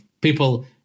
people